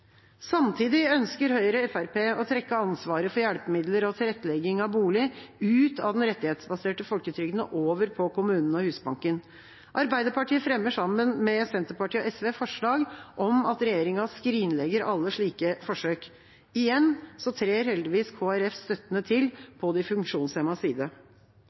Samtidig ønsker Høyre og Fremskrittspartiet å trekke ansvaret for hjelpemidler og tilrettelegging av bolig ut av den rettighetsbaserte folketrygden og over på kommunene og Husbanken. Arbeiderpartiet fremmer sammen med Senterpartiet og SV forslag om at regjeringen skrinlegger alle slike forsøk. Igjen trer heldigvis Kristelig Folkeparti støttende til på de funksjonshemmedes side.